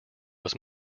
was